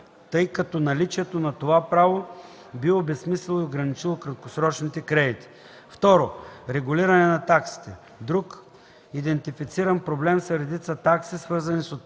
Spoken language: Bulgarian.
тъй като наличието на това право би обезсмислило и ограничило краткосрочните кредити. 2. Регулиране на таксите. Друг идентифициран проблем са редица такси, свързани с отпускане,